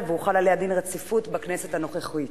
והוחל עליה דין רציפות בכנסת הנוכחית,